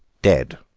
dead.